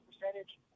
percentage